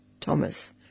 Thomas